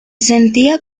sentía